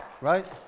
right